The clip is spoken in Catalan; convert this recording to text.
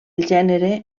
gènere